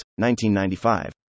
1995